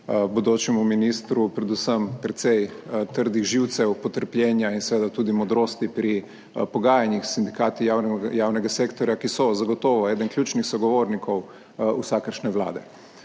bodočemu ministru predvsem precej trdih živcev, potrpljenja in seveda tudi modrosti pri pogajanjih s sindikati javnega sektorja, ki so zagotovo eden ključnih sogovornikov vsakršne vlade.